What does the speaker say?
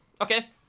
Okay